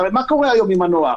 הרי מה קורה היום עם הנוער?